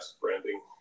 branding